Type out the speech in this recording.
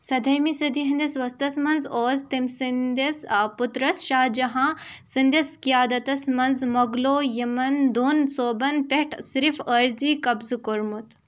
سدہٲیمہِ صٔدی ہِنٛدِس وَسطَس منٛز اوس تَمہِ سٕنٛدِس پُترَس شاہ جہاں سٕنٛدِس قِیادَتَس منٛز مۄغلو یِمَن دۄن صوبَن پٮ۪ٹھ صرف عٲرضی قبضہٕ كو٘رمُت